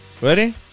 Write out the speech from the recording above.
Ready